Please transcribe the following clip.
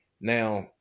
Now